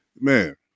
man